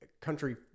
country